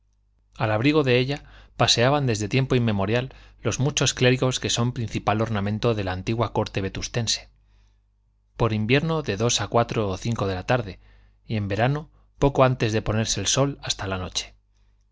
al abrigo de ella paseaban desde tiempo inmemorial los muchos clérigos que son principal ornamento de la antigua corte vetustense por invierno de dos a cuatro o cinco de la tarde y en verano poco antes de ponerse el sol hasta la noche